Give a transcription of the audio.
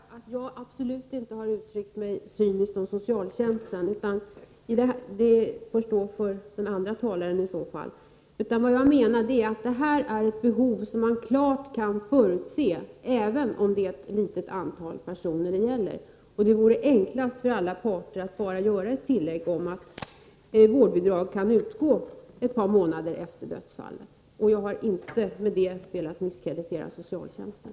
Fru talman! Jag vill bara svara att jag absolut inte har uttryckt mig cyniskt om socialtjänsten. Det får stå för den andre talaren. Vad jag menar är att det här gäller ett behov som man klart kan förutse, även om det handlar om ett litet antal personer. Det vore enklast för alla parter att bara göra ett tillägg om att vårdbidrag kan utgå ett par månader efter dödsfall. Jag har därmed inte velat misskreditera socialtjänsten.